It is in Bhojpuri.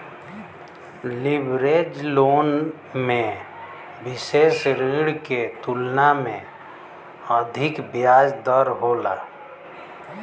लीवरेज लोन में विसेष ऋण के तुलना में अधिक ब्याज दर होला